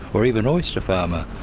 or even oyster farmer,